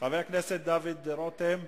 חבר הכנסת דוד רותם,